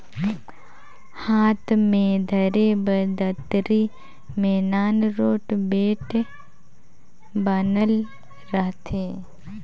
हाथ मे धरे बर दतरी मे नान रोट बेठ बनल रहथे